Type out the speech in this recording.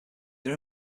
they